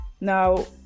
Now